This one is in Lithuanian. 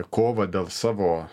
kovą dėl savo